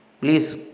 Please